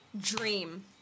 dream